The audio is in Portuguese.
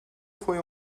foi